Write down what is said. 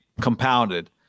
compounded